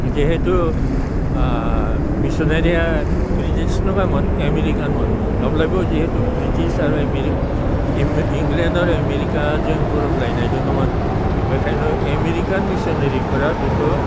जिहेथु मिसनारिया ब्रिटिसथ' नङामोन आमेरिकानमोन अब्लाबो जिहेतु ब्रिटिस आरो इंलेण्ड आरो आमेरिकाजों गोरोबलायनाय दङमोन बेनिखायनो आमेरिकान मिसनारिफोरा बेखौ